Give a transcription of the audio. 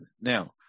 Now